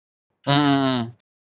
mm